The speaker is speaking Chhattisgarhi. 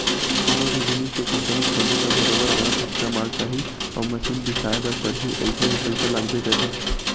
कोनो भी जिनिस के कंपनी खोलबे त बरोबर ओला कच्चा माल चाही अउ मसीन बिसाए बर परही अइसन म पइसा लागबे करही